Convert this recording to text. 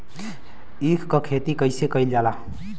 ईख क खेती कइसे कइल जाला?